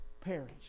perish